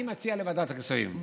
אני מציע לוועדת הכספים.